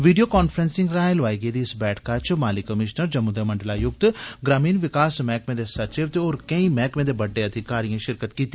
video conferencing राएं लोआई गेदी इस बैठका च माली कमीशनर जम्मू दे मंडलायुक्त ग्रामीण विकास मैहकमे दे सचिव ते होर केंई मैहकमे दे बड्डे अधिकारियें शिरकत कीती